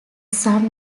some